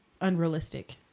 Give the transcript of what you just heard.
unrealistic